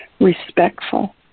respectful